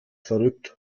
verrückt